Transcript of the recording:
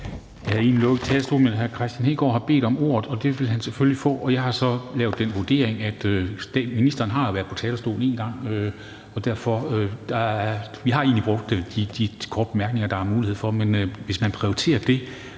Jeg havde egentlig lukket til talerstolen, men hr. Kristian Hegaard har bedt om ordet, og det vil han selvfølgelig få. Jeg har så lavet den vurdering, at ministeren har været på talerstolen en gang, og at vi egentlig har brugt de korte bemærkninger, der er mulighed for, og hvis man prioriterer det,